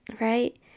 right